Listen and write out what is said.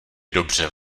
dobře